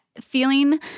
feeling